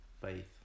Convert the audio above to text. faith